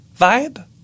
vibe